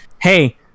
hey